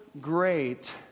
great